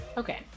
Okay